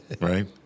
right